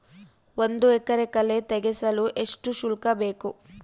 ಒಂದು ಎಕರೆ ಕಳೆ ತೆಗೆಸಲು ಎಷ್ಟು ಶುಲ್ಕ ಬೇಕು?